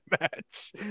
match